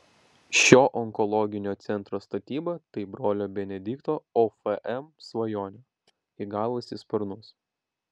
šio onkologinio centro statyba tai brolio benedikto ofm svajonė įgavusi sparnus